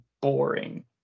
boring